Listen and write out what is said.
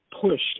pushed